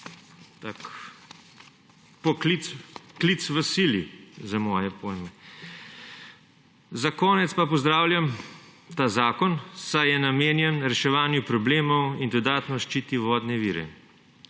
je tudi klic v sili, za moje pojme. Za konec pa pozdravljam ta zakon, saj je namenjen reševanju problemov in dodatno ščiti vodne vire.